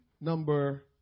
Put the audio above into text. number